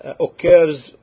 occurs